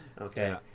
okay